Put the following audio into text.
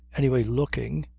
anyway looking,